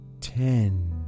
ten